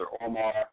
Omar